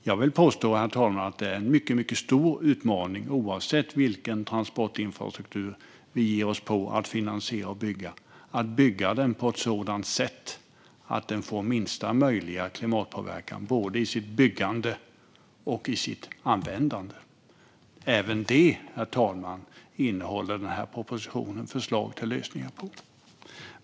Jag vill påstå, herr talman, att det oavsett vilken transportinfrastruktur vi ger oss på att finansiera och bygga är en mycket stor utmaning att bygga den på ett sådant sätt att både byggandet och användandet av den får minsta möjliga klimatpåverkan. Även detta, herr talman, innehåller propositionen förslag till lösningar på.